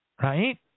Right